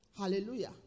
Hallelujah